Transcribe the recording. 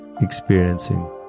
experiencing